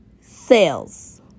sales